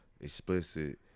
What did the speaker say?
explicit